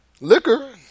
liquor